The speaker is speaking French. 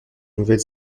nouvelle